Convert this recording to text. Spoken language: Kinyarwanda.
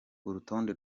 urutonde